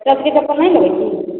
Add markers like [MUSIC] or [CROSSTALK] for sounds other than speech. [UNINTELLIGIBLE] नहि लेबै कि